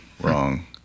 wrong